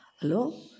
Hello